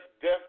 death